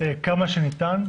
כמה שניתן,